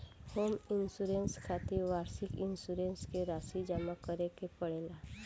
home insurance खातिर वार्षिक insurance के राशि जामा करे के पड़ेला